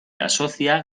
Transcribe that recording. asocia